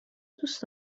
دوست